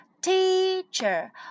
teacher